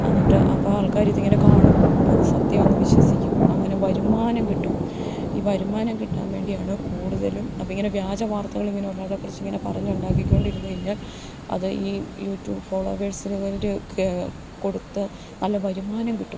എന്നിട്ട് അപ്പം ആൾക്കാർ ഇതിങ്ങനെ കാണും അപ്പം അത് സത്യാന്ന് വിശ്വസിക്കും അങ്ങനെ വരുമാനം കിട്ടും ഈ വരുമാനം കിട്ടാൻ വേണ്ടിയാണ് കൂടുതലും അപ്പം ഇങ്ങനെ വ്യാജ വാർത്തകൾ ഇങ്ങനെ ഒരാളെ കുറിച്ച് ഇങ്ങനെ പറഞ്ഞൊണ്ടാക്കിക്കൊണ്ടിരിന്ന് കഴിഞ്ഞാൽ അത് ഈ യൂട്യൂബ് ഫോളോവേഴ്സിൽ ഇവൻറ്റൊക്കെ കൊടുത്ത് നല്ല വരുമാനം കിട്ടും